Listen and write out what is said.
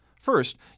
First